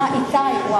איתי.